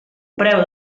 preu